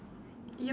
ya